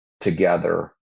together